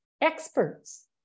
experts